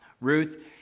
Ruth